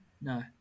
No